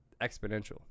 exponential